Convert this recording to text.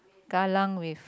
Kallang Wave